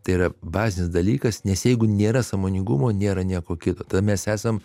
tai yra bazinis dalykas nes jeigu nėra sąmoningumo nėra nieko kita tada mes esam